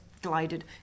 glided